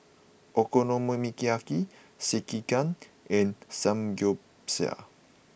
Okonomiyaki Sekihan and Samgeyopsal